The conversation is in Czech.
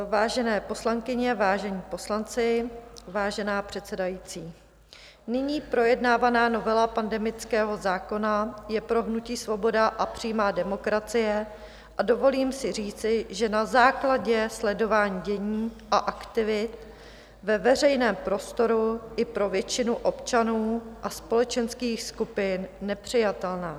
Vážené poslankyně, vážení poslanci, vážená předsedající, nyní projednávaná novela pandemického zákona je pro hnutí Svoboda a přímá demokracie, a dovolím si říci, že na základě sledování dění a aktivit ve veřejném prostoru i pro většinu občanů a společenských skupin, nepřijatelná.